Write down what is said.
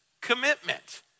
commitment